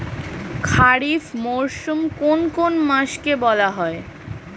খারিফ মরশুম কোন কোন মাসকে বলা হয়?